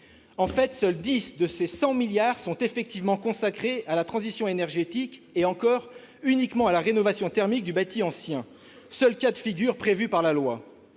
montant, seulement 10 milliards d'euros sont effectivement consacrés à la transition énergétique, et encore uniquement à la rénovation thermique du bâti ancien, seul cas de figure prévu par la loi.